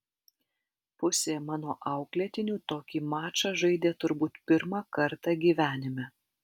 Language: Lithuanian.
pusė mano auklėtinių tokį mačą žaidė turbūt pirmą kartą gyvenime